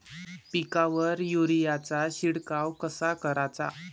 पिकावर युरीया चा शिडकाव कसा कराचा?